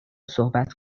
صحبت